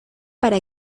para